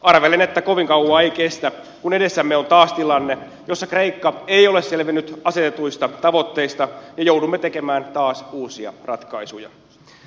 arvelen että kovin kauaa ei kestä kun edessämme on taas tilanne jossa kreikka ei ole selvinnyt asetetuista tavoitteista ja joudumme tekemään taas uusia ratkaisuja